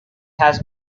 has